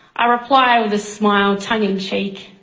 i reply with a smile, tongue-in-cheek,